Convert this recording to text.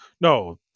No